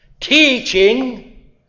Teaching